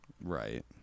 Right